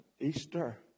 Easter